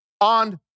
on